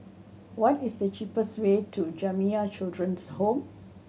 what is the cheapest way to Jamiyah Children's Home